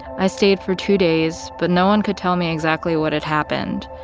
i stayed for two days, but no one could tell me exactly what had happened.